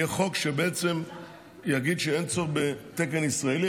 יהיה חוק שבעצם יגיד שאין צורך בתקן ישראלי